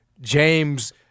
James